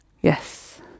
Yes